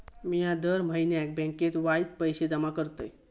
मिया दर म्हयन्याक बँकेत वायच पैशे जमा करतय